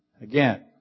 Again